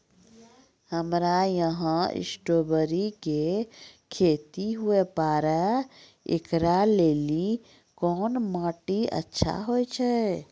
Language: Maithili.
हमरा यहाँ स्ट्राबेरी के खेती हुए पारे, इकरा लेली कोन माटी अच्छा होय छै?